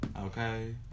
Okay